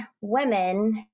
women